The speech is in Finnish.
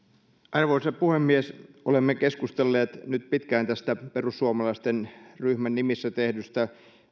arvoisa puhemies olemme keskustelleet nyt pitkään tästä perussuomalaisten ryhmän nimissä tehdystä